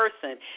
person